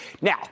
Now